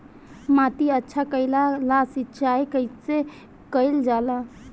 माटी अच्छा कइला ला सिंचाई कइसे कइल जाला?